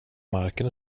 marken